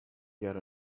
get